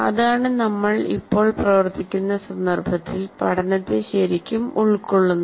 അതാണ് നമ്മൾ ഇപ്പോൾ പ്രവർത്തിക്കുന്ന സന്ദർഭത്തിൽ പഠനത്തെ ശരിക്കും ഉൾക്കൊള്ളുന്നത്